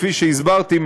כפי שהסברתי,